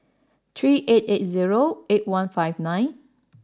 three eight eight zero eight one five nine